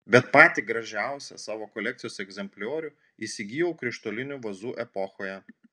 bet patį gražiausią savo kolekcijos egzempliorių įsigijau krištolinių vazų epochoje